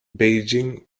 beijing